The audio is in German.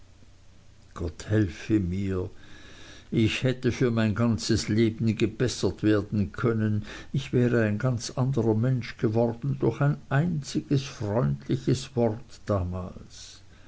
gott helfe mir ich hätte für mein ganzes leben gebessert werden können ich wäre ein ganz andrer mensch geworden durch ein einziges freundliches wort damals